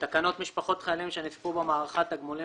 תקנות משפחות חיילים שנספו במערכה (תגמולים